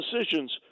decisions